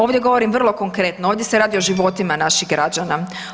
Ovdje govorim vrlo konkretno, ovdje se radi o životima naših građana.